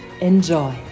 Enjoy